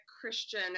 Christian